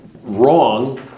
wrong